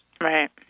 Right